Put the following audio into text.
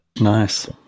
Nice